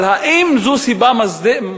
אבל האם זו סיבה מוצדקת,